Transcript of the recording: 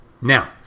Now